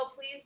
please